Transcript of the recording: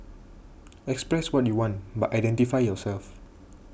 express what you want but identify yourself